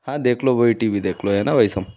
हाँ देख लो वही टी वी देख लो है ना वही सन